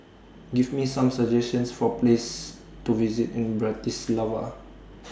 Give Me Some suggestions For Places to visit in Bratislava